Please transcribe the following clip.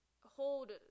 hold